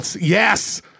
Yes